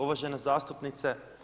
Uvažena zastupnice.